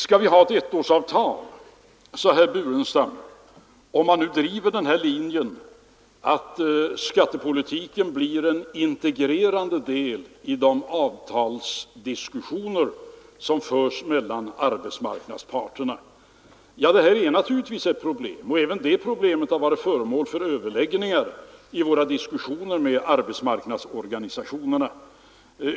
Skall vi ha ettårsavtal, sade herr Burenstam Linder, om man nu driver linjen att skattepolitiken blir en integrerad del i de avtalsdiskussioner som förs mellan arbetsmarknadsparterna? Det är naturligtvis ett problem, och även det problemet har varit föremål för överläggningar vid våra diskussioner med arbetsmarknadsorganisationerna.